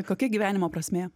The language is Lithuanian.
kokia gyvenimo prasmė